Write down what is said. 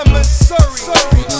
Missouri